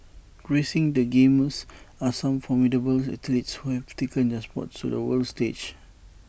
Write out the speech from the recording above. gracing the games are some formidable athletes who have taken their sports to the world stage